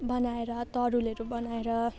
बनाएर तरुलहरू बनाएर